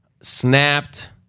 snapped